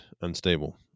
unstable